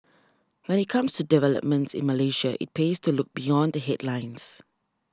when it comes to developments in Malaysia it pays to look beyond the headlines